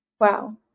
Wow